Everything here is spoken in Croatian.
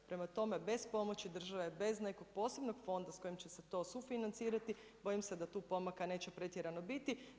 Prema tome, bez pomoći države, bez nekog posebnog fonda s kojim će se to sufinancirati, bojim se da tu pomaka neće pretjerano biti.